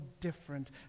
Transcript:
different